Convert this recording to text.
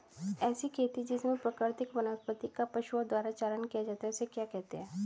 ऐसी खेती जिसमें प्राकृतिक वनस्पति का पशुओं द्वारा चारण किया जाता है उसे क्या कहते हैं?